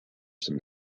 some